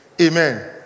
Amen